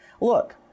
Look